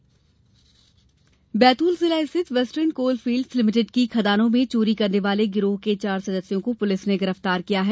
चोर गिरफ्तार बैतूल जिला स्थित वेस्टर्न कोल फील्ड्स लिमिटेड की खदानों में चोरी करने वाले गिरोह के चार सदस्यों को पुलिस ने गिरफ्तार किया है